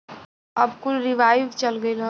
अब कुल रीवाइव चल गयल हौ